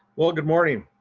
well, good morning.